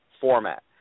format